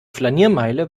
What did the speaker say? flaniermeile